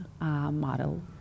Model